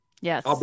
Yes